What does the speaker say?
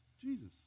Jesus